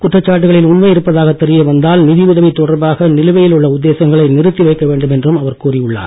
குற்றச்சாட்டுகளில் உண்மை இருப்பதாக தெரிய வந்தால் நிதி உதவி தொடர்பாக நிலுவையில் உள்ள உத்தேசங்களை நிறுத்தி வைக்க வேண்டும் என்றும் அவர் கூறியுள்ளார்